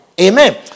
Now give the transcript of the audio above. Amen